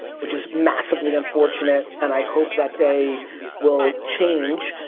which is massively unfortunate and i hope that day will change.